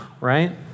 right